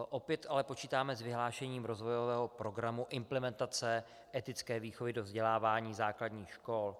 Opět ale počítáme s vyhlášením rozvojového programu implementace etické výchovy do vzdělávání základních škol.